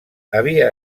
havia